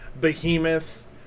Behemoth